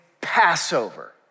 Passover